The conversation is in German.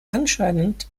anscheinend